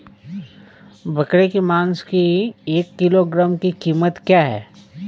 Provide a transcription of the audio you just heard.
बकरे के मांस की एक किलोग्राम की कीमत क्या है?